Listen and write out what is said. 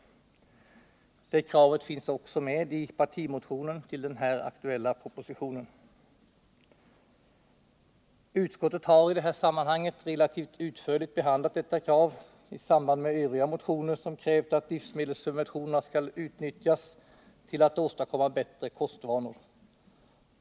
Det kravet finns också med i partimotionen i anslutning till den här aktuella propositionen. Utskottet har i det här sammanhanget relativt utförligt behandlat detta krav i samband med övriga motioner, där det krävs att livsmedelssubventionerna skall utnyttjas till att åstadkomma bättre kostvanor.